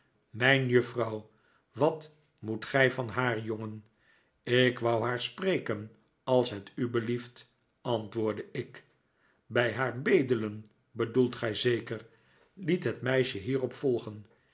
mijn juffrouw wat moet gij van haar jongen ik wou haar spreken als het u belieft antwoordde ik bij haar bedelen bedoelt gij zeker tiet het meisje hierop volgen